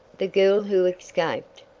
the girl who escaped!